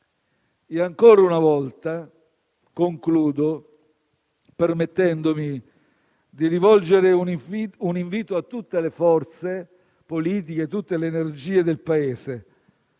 Ancora una volta concludo permettendomi di rivolgere un invito a tutte le forze politiche e a tutte le energie del Paese: